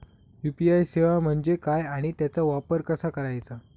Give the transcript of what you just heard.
UPI सेवा म्हणजे काय आणि त्याचा वापर कसा करायचा?